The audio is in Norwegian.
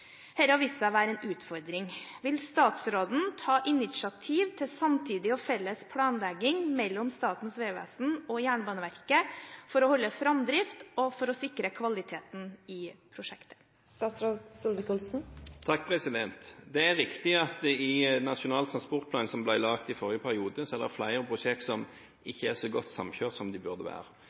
være en utfordring. Vil statsråden ta initiativ til samtidig og felles planlegging mellom Statens vegvesen og Jernbaneverket for å holde framdrift og sikre kvaliteten i prosjektet?» Det er riktig at det i Nasjonal transportplan som ble laget i forrige periode, er flere prosjekt som ikke er så godt samkjørt som de burde være.